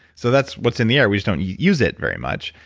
so, that's what's in the air. we just don't use it very much.